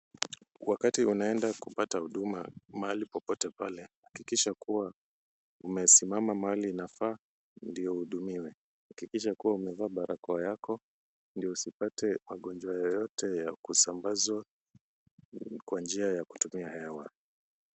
Wakati unaenda kupata huduma mahali popote pale, hakikisha kuwa umesimama mahali inafaa ndio uhudumiwe. Hakikisha kuwa umevaa barakoa yako, ndio usipate magonjwa yoyote ya kusambazwa kwa njia ya kutumia hewa.